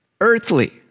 earthly